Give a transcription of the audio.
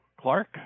Clark